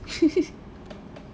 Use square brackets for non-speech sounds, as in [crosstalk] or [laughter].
[laughs]